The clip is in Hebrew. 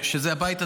דרך אגב, הבית הזה,